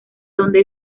donde